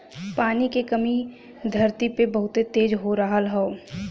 पानी के कमी धरती पे बहुत तेज हो रहल हौ